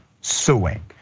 suing